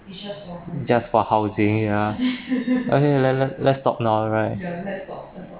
just for housing ah okay let let let's stop now right